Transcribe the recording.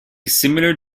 similar